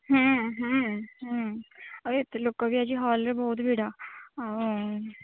ହମ୍ମ ହମ୍ମ ହମ୍ମ ଆଉ ଏତେ ଲୋକ ବି ଆଜି ହଲରେ ବହୁତ ଭିଡ଼ ଆଉ